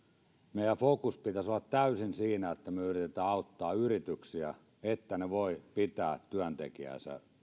meidän fokuksen pitäisi olla täysin siinä että me yritämme auttaa yrityksiä että ne voivat pitää työntekijänsä